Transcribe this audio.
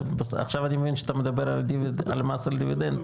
עכשיו אני מבין שאתה מדבר על מס על דיבידנדים.